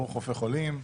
ברוך רופא חולים.